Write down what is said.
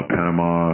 Panama